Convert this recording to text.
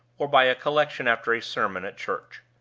or by a collection after a sermon at church.